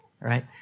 Right